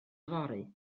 yfory